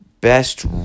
best